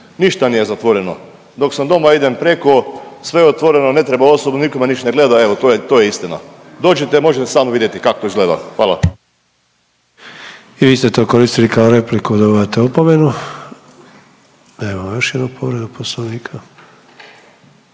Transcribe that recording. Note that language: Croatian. Ništa nije zatvoreno. Dok sam doma idem preko, sve je otvoreno, ne treba osobna, nitko me niš ne gleda, evo to je istina. Dođite, možete sami vidjeti kak to izgleda. Hvala. **Sanader, Ante (HDZ)** I vi ste koristili kao repliku, dobivate opomenu. Imamo još jednu povredu Poslovnika.